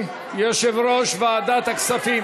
ראש הממשלה,